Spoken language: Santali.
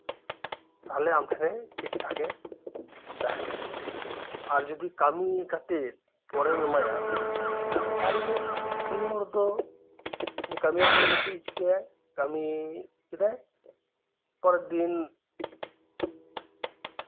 ᱛᱟᱞᱦᱮ ᱟᱢ ᱴᱷᱮᱱᱮ ᱴᱷᱤᱠᱼᱴᱷᱟᱠᱮ ᱛᱟᱦᱮᱱᱟ ᱟᱨ ᱡᱩᱫᱤ ᱠᱟᱹᱢᱤ ᱠᱟᱛᱮ ᱯᱚᱨᱮᱢ ᱮᱢᱟᱭᱟ ᱛᱟᱞᱦᱮ ᱩᱱᱤ ᱦᱚᱲ ᱫᱚ ᱩᱱᱤ ᱠᱟᱹᱢᱤᱭᱟᱱ ᱦᱚᱲ ᱫᱚ ᱪᱮᱫ ᱮᱭ ᱪᱤᱠᱟᱹᱭᱟ ᱠᱟᱹᱢᱤ ᱠᱮᱫᱟᱭ ᱯᱚᱨᱮᱨ ᱫᱤᱱ